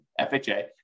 FHA